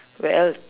where else